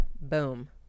Boom